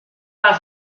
pas